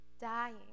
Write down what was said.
dying